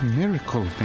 miracle